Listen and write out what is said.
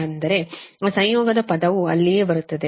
ಅಂದರೆ ಆ ಸಂಯೋಗದ ಪದವು ಅಲ್ಲಿಯೇ ಬರುತ್ತದೆ